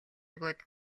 өгөөд